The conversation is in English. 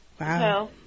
Wow